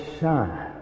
shine